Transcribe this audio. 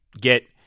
get